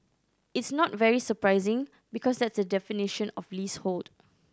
it's not very surprising because that's the definition of leasehold